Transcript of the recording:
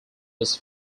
was